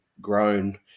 grown